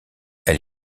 elle